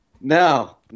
No